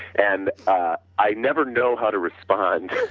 and i never know how to respond,